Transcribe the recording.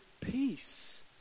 peace